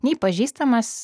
nei pažįstamas